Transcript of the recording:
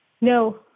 No